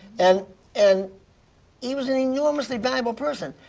and and he was an enormously valuable person.